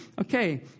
okay